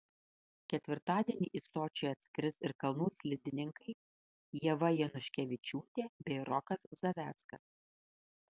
ketvirtadienį į sočį atskris ir kalnų slidininkai ieva januškevičiūtė bei rokas zaveckas